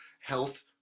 health